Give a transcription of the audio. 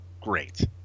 Great